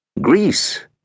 Greece